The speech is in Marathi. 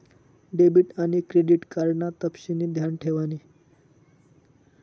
डेबिट आन क्रेडिट कार्ड ना तपशिनी ध्यान ठेवानी